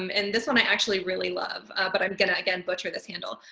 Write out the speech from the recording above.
um and this one i actually really love, but i'm gonna again butcher this handle.